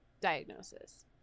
diagnosis